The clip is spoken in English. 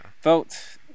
vote